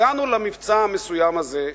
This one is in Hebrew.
הגענו למבצע המסוים הזה,